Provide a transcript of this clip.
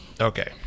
okay